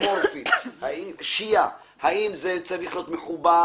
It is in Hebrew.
אני ביקשתי שאתם תציגו,